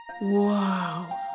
Wow